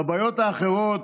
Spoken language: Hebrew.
בבעיות האחרות